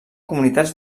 comunitats